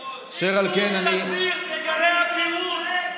פינדרוס, תסיר, תגלה אבירות.